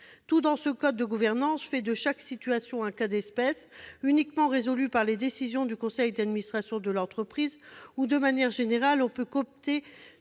Tout, dans ce code de gouvernance, fait de chaque situation un cas d'espèce, uniquement résolu par les décisions du conseil d'administration de l'entreprise, où, de manière générale, on peut coopter